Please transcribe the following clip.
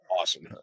Awesome